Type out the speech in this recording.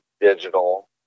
digital